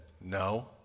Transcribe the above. no